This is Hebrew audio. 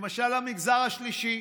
למשל המגזר השלישי,